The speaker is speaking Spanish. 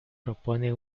propone